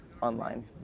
online